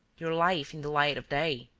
your life in the light of day.